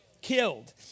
Killed